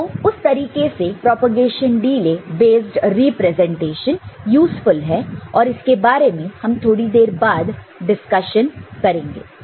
तो उस तरीके से propagation delay based representation useful है और इसके बारे में हम थोड़ी देर बाद डिस्कशन करेंगे